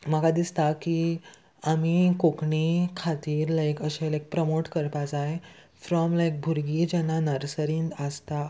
म्हाका दिसता की आमी कोंकणी खातीर लायक अशें लायक प्रोमोट करपा जाय फ्रोम लायक भुरगीं जेन्ना नर्सरींत आसता